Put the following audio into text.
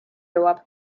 jõuab